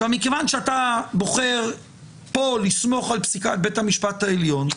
מכיוון שאתה בוחר פה לסמוך על פסיקת בית המשפט העליון,